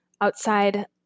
outside